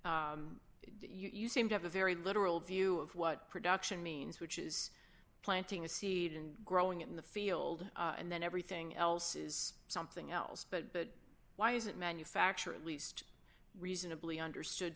process you seem to have a very literal view of what production means which is planting a seed and growing in the field and then everything else is something else but why isn't manufacture at least reasonably understood